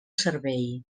servei